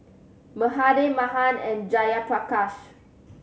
Mahade Mahan and Jayaprakash